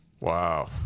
Wow